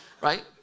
Right